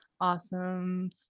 Awesome